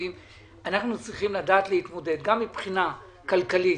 צריכים לדעת להתמודד גם מבחינה כלכלית,